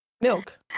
milk